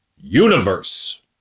universe